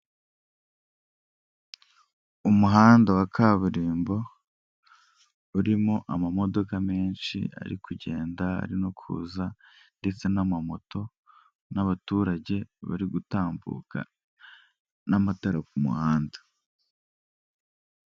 Umuhanda wa kaburimbo urimo amamodoka menshi, ari kugenda ari no kuza ndetse n'amamoto n'abaturage bari gutambuka n'amatara ku muhanda.